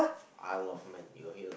aisle of men you got hear